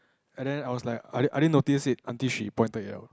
and then I was like I I didn't notice it until she pointed it out